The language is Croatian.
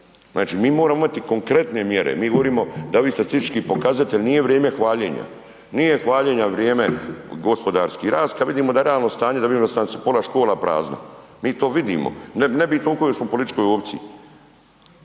Znači, mi moramo imati konkretne mjere. Mi govorimo da ovi statistički pokazatelji nije vrijeme hvaljenja. Nije hvaljenja vrijeme gospodarski rast kada vidimo da realno stanje … /ne razumije se/… pola škola prazno. Mi to vidimo. Nije bitno u kojoj smo političkoj opciji